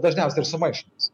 dažniausiai ir sumaišomos